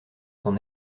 sont